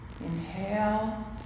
Inhale